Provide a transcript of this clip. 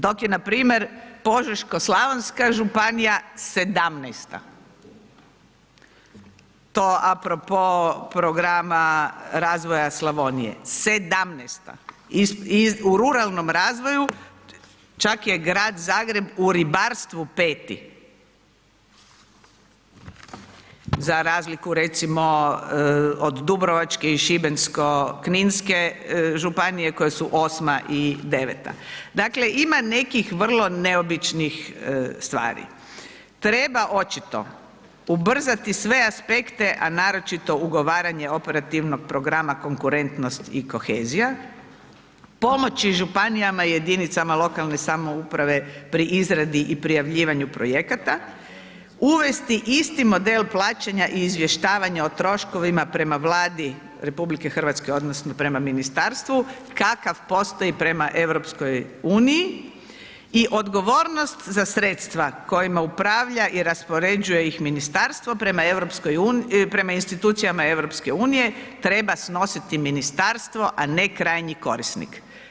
Dok je npr. Požeško-slavonska županija 17-ta, to apropo programa razvoja Slavonije, 17-ta u ruralnom razvoju, čak je Grad Zagreb u ribarstvu 4, za razliku recimo od Dubrovačko i Šibensko-kninske županije koje su 8 i 9. Dakle, ima nekih vrlo neobičnih stvari, treba očito ubrzati sve aspekte, a naročito ugovaranje Operativnog programa konkurentnost i kohezija, pomoći županijama i jedinicama lokalne samouprave pri izradi i prijavljivanju projekata, uvesti isti model plaćanja i izvještavanja o troškovima prema Vladi RH odnosno prema ministarstvu kakav postoji prema EU i odgovornost za sredstava kojima upravlja i raspoređuje ih ministarstvo prema institucijama EU treba snositi ministarstvo, a ne krajnji korisnik.